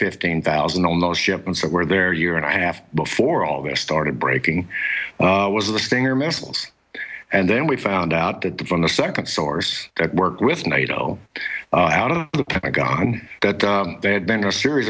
fifteen thousand on those shipments that were there year and a half before all this started breaking was the stinger missiles and then we found out that the from the second source work with nato out of the pentagon that they had been a series